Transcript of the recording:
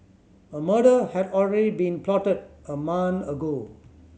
a murder had already been plotted a month ago